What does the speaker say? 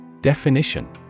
Definition